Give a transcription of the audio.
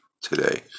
today